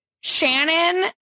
Shannon